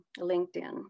LinkedIn